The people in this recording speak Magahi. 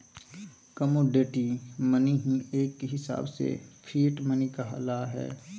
कमोडटी मनी ही एक हिसाब से फिएट मनी कहला हय